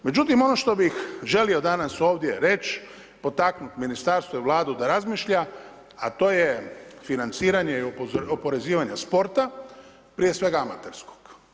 Međutim, ono što bih želio danas ovdje reći, potaknuti Ministarstvo i Vladu da razmišlja, a to je financiranje i oporezivanje sporta prije svega amaterskog.